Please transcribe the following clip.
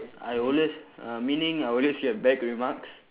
I always uh meaning I always get bad remarks